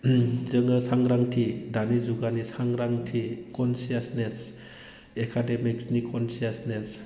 जोङो सांग्रांथि दानि जुगनि सांग्रांथि कनसियासनेस एकाडेमिक्सनि कनसियासनेस